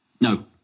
no